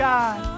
God